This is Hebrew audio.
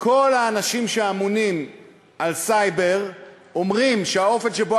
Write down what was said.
כל האנשים שאמונים על סייבר אומרים שהאופן שבו